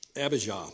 Abijah